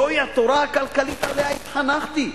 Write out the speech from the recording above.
זוהי התורה הכלכלית שעליה התחנכתי,